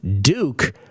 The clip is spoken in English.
Duke